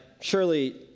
surely